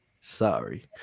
sorry